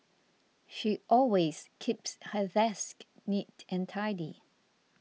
she always keeps her desk neat and tidy